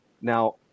Now